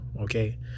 okay